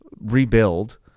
rebuild